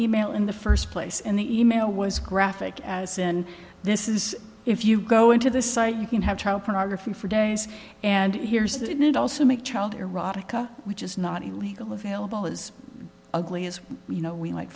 e mail in the first place and the e mail was graphic as in this is if you go into this site you can have child pornography for days and hears that it also make child erotica which is not illegal available as ugly as you know we might